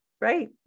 right